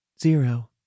Zero